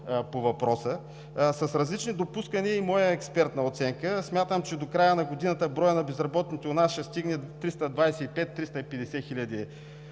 по въпроса. С различни допускания и по моя експертна оценка смятам, че до края на годината броят на безработните у нас ще стигне до 325 – 350 хиляди,